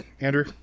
Andrew